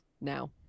now